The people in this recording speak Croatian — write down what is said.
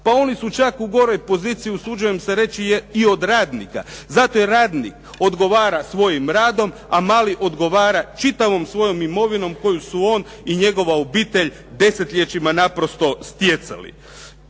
pa oni su čak u goroj poziciji usuđujem se reći i od radnika zato jer radnik odgovara svojim radom a mali odgovara čitavom svojom imovinom koju su on i njegova obitelj desetljećima naprosto stjecali.